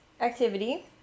activity